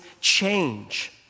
change